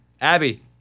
Abby